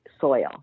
soil